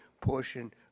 portion